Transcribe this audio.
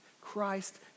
Christ